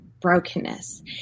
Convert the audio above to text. brokenness